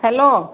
hello